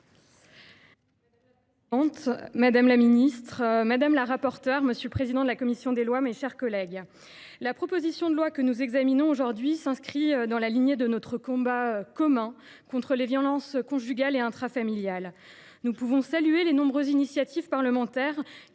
Mme Elsa Schalck. Madame la présidente, madame la ministre, mes chers collègues, la proposition de loi que nous examinons aujourd’hui s’inscrit dans la lignée de notre combat commun contre les violences conjugales et intrafamiliales. Nous pouvons saluer les nombreuses initiatives parlementaires